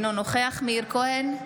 אינו נוכח מאיר כהן,